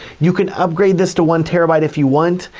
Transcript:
you can upgrade this to one terabyte if you want,